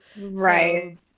right